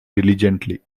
diligently